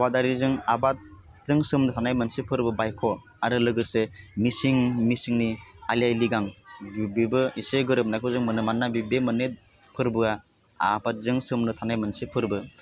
आबादारिजों आबादजों सोमोन्दो थानाय मोनसे फोरबो बाइख' आरो लोगोसे मिसिं मिसिंनि आइलि आइ लिगां बेबो इसे गोरोबनायखौ जों मोनो मानोना बे मोन्नै फोरबोआ आबादजों सोमोन्दो थानाय मोनसे फोरबो